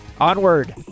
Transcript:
Onward